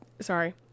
Sorry